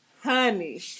Honey